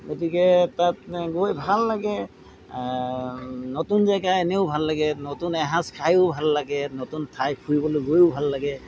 গতিকে তাত গৈ ভাল লাগে নতুন জেগা এনেও ভাল লাগে নতুন এসাঁজ খায়ো ভাল লাগে নতুন ঠাই ফুৰিবলৈ গৈও ভাল লাগে